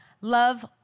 Love